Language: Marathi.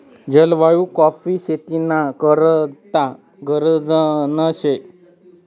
जलवायु काॅफी शेती ना करता गरजना शे